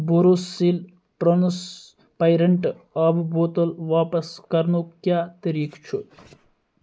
Borosil transparent آبہٕ بوتل واپس کَرنُک کیٛاہ طریٖقہٕ چھُ